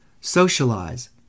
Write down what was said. socialize